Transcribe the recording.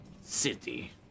city